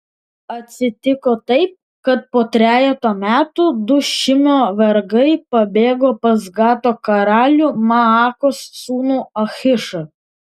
atsitiko taip kad po trejeto metų du šimio vergai pabėgo pas gato karalių maakos sūnų achišą